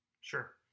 Sure